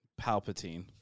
Palpatine